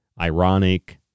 ironic